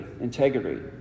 integrity